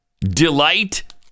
Delight